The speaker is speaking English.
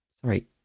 sorry